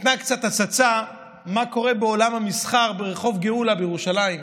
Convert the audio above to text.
נתנה קצת הצצה למה שקורה בעולם המסחר ברחוב גאולה בירושלים,